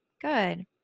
Good